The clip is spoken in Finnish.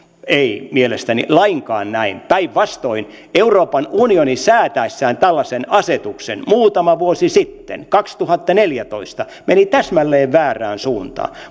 ei mielestäni lainkaan näin päinvastoin euroopan unioni säätäessään tällaisen asetuksen muutama vuosi sitten kaksituhattaneljätoista meni täsmälleen väärään suuntaan